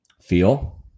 feel